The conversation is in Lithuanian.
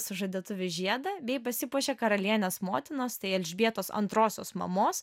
sužadėtuvių žiedą bei pasipuošė karalienės motinos tai elžbietos antrosios mamos